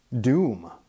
doom